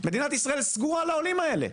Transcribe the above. מדינת ישראל סגורה לעולים האלה.